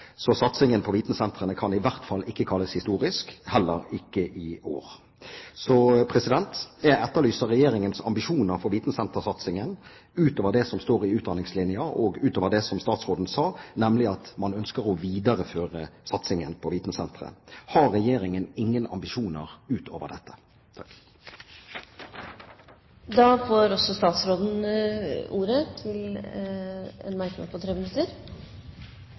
så satsingen på vitensentrene kan i hvert fall ikke kalles historisk, heller ikke i år. Så jeg etterlyser Regjeringens ambisjoner for vitensentersatsingen utover det som står i Utdanningslinja og utover det statsråden sa, nemlig at man ønsker å videreføre satsingen på vitensentre. Har Regjeringen ingen ambisjoner utover dette?